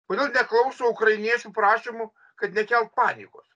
kodėl neklauso ukrainiečių prašymų kad nekelt panikos